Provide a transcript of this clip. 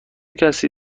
کسی